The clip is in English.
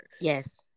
Yes